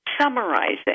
summarizing